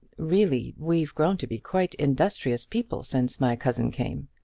really, we've grown to be quite industrious people since my cousin came.